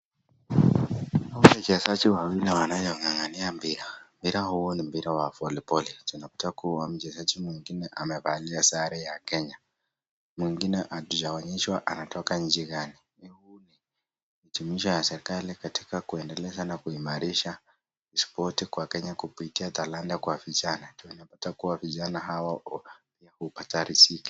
Hawa ni wachezaji wawili wanaong'ang'ania mpira, mpira huo ni mpira wa voliboli, tunakuta kuwa mchezaji mwingine amevalia sare ya kenya, mwingine hatujaonyeshwa anatoka nchi gani, huu ni jumuisho ya serikali katika kuendeleza na kuimarisha spoti kwa kenya kupitia talanta kwa vijana, tunapata kuwa vijana hawa hupata riziki.